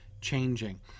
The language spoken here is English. changing